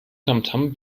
tamtam